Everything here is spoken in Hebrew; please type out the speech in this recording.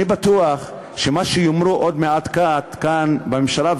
אני בטוח שמה שיאמרו עוד מעט-קט כאן בממשלה,